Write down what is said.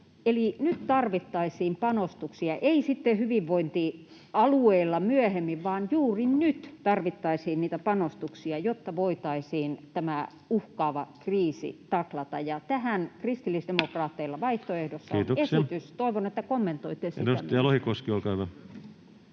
Eli nyt tarvittaisiin panostuksia, ei sitten hyvinvointialueilla myöhemmin, vaan juuri nyt tarvittaisiin panostuksia, jotta voitaisiin tämä uhkaava kriisi taklata. Tähän on kristillisdemokraateilla vaihtoehdossa esitys. Toivon, että kommentoitte